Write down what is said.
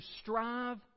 strive